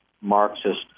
Marxist